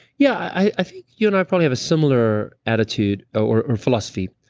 yeah, i think you and i probably have a similar attitude or or philosophy,